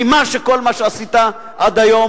מכל מה שעשית עד היום.